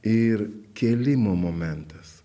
ir kėlimo momentas